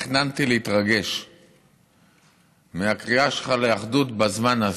תכננתי להתרגש מהקריאה שלך לאחדות בזמן הזה.